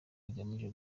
bigamije